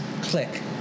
Click